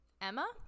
Emma